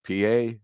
PA